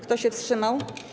Kto się wstrzymał?